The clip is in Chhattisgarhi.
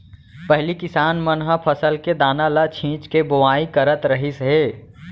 पहिली किसान मन ह फसल के दाना ल छिंच के बोवाई करत रहिस हे